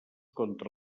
contra